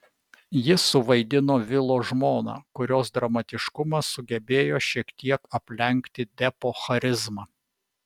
ji suvaidino vilo žmoną kurios dramatiškumas sugebėjo šiek tiek aplenkti depo charizmą